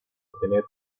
obtener